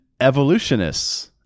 evolutionists